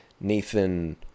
Nathan